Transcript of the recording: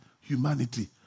humanity